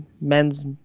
men's